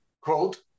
quote